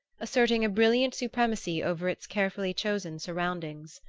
asserting a brilliant supremacy over its carefully-chosen surroundings.